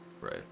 right